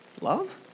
Love